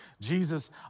Jesus